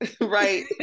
Right